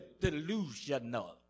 delusional